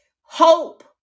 hope